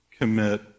commit